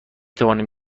توانم